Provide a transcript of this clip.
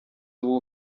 ubu